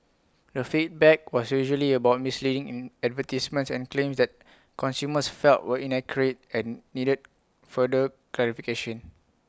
the feedback was usually about misleading advertisements and claims that consumers felt were inaccurate and needed further clarification